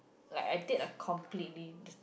like I did a completely